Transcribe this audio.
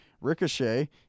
ricochet